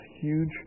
huge